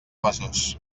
besòs